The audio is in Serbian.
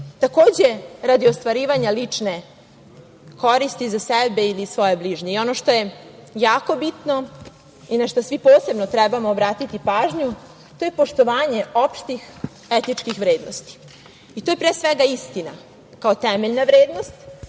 takođe radi ostvarivanja lične koristi za sebe ili svoje bližnje. Ono što je jako bitno i na šta svi posebno trebamo obratiti pažnju to je poštovanje opštih etičkih vrednosti. To je, pre svega, istina kao temeljna vrednost,